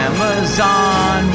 Amazon